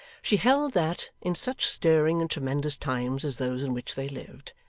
she held that, in such stirring and tremendous times as those in which they lived,